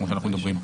כמו שאנחנו מדברים,